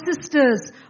sisters